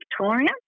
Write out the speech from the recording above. Victoria